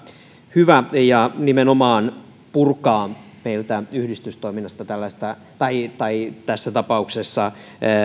hyvä ja nimenomaan purkaa meiltä yhdistystoiminnasta tai tai tässä tapauksessa